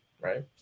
right